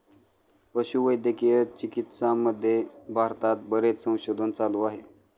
पशुवैद्यकीय चिकित्सामध्ये भारतात बरेच संशोधन चालू आहे